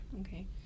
Okay